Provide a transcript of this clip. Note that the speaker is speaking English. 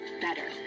better